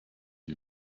you